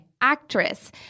actress